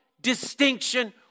distinction